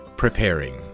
preparing